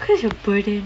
such a burden